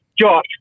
Josh